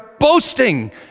Boasting